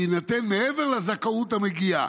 יינתן מעבר לזכאות המגיעה".